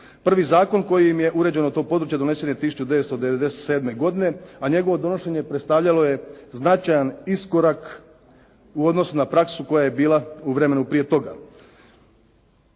Prvi zakon kojim je uređeno to područje donesen je 1997. godine, a njegovo donošenje predstavljalo je značajan iskorak u odnosu na praksu koja je bila u vremenu prije toga.